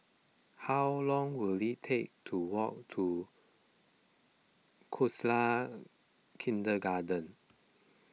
how long will it take to walk to Khalsa Kindergarten